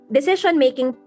decision-making